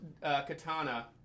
katana